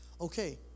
Okay